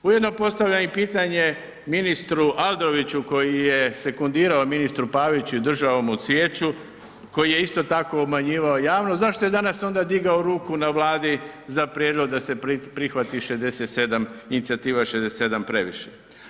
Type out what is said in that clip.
Ujedno postavljam i pitanje ministru Aladroviću koji je sekundirao ministru Paviću i držao mu svijeću koji je isto tako obmanjivao javnost, zašto je danas onda digao ruku na Vladi za prijedlog da se prihvati 67, inicijativa 67 je previše.